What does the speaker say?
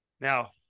Now